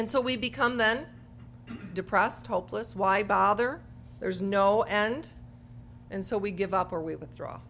until we become then depressed hopeless why bother there's no end and so we give up or we withdraw